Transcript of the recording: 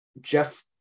Jeff